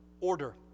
order